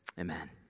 Amen